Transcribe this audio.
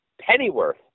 Pennyworth